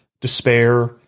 despair